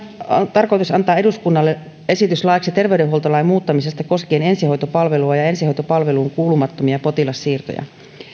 tarkoitus antaa eduskunnalle esitys laiksi terveydenhuoltolain muuttamisesta koskien ensihoitopalvelua ja ensihoitopalveluun kuulumattomia potilassiirtoja